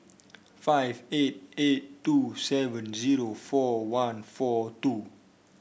five eight eight two seven zero four one four two